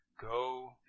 go